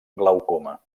glaucoma